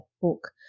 book